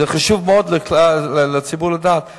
חשוב לכלל הציבור לדעת את זה.